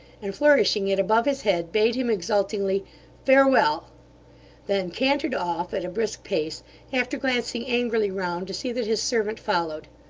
and flourishing it above his head, bade him exultingly farewell then cantered off at a brisk pace after glancing angrily round to see that his servant followed.